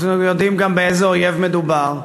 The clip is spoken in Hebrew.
אנחנו יודעים גם באיזה אויב מדובר,